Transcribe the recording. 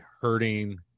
hurting